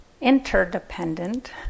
interdependent